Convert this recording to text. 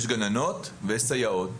יש גננות ויש סייעות.